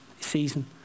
season